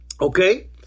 okay